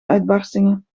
uitbarstingen